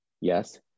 Yes